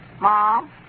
Mom